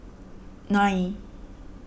nine